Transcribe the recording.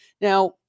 Now